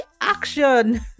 action